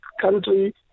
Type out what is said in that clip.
country